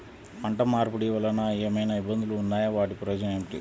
పంట మార్పిడి వలన ఏమయినా ఇబ్బందులు ఉన్నాయా వాటి ప్రయోజనం ఏంటి?